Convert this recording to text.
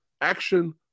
action